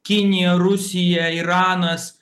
kinija rusija iranas